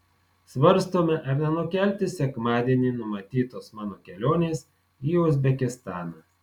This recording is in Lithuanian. svarstome ar nenukelti sekmadienį numatytos mano kelionės į uzbekistaną